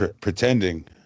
Pretending